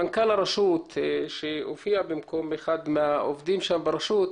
מנכ"ל הרשות שהופיע במקום אחד מהעובדים שם ברשות,